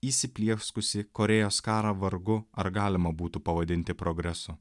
įsiplieskusį korėjos karą vargu ar galima būtų pavadinti progresu